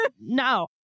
No